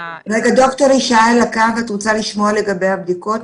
ד"ר ישי על הקו, את רוצה לשמוע לגבי הבדיקות?